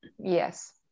yes